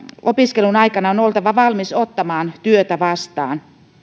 opiskelun aikana on oltava valmis ottamaan työtä vastaan